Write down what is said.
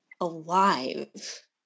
alive